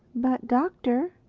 but doctor,